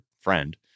friend